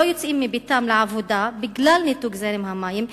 מביתם לעבודה בגלל ניתוק זרם המים.